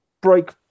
break